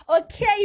okay